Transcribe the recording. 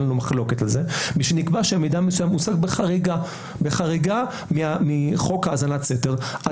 אין לנו מחלוקת על זה משנקבע שמידע מסוים הושג בחריגה מחוק האזנת סתר,